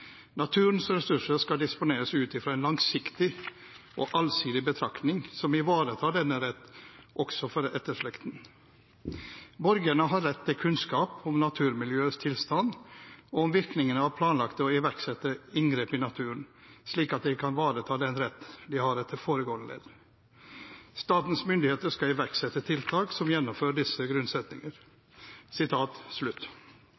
Naturens ressurser skal disponeres ut fra en langsiktig og allsidig betraktning som ivaretar denne rett også for etterslekten. Borgerne har rett til kunnskap om naturmiljøets tilstand og om virkningene av planlagte og iverksatte inngrep i naturen, slik at de kan ivareta den rett de har etter foregående ledd. Statens myndigheter skal iverksette tiltak som gjennomfører disse grunnsetninger.»